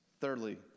Thirdly